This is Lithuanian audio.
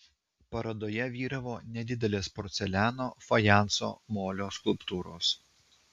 parodoje vyravo nedidelės porceliano fajanso molio skulptūros